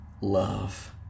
love